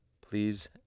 please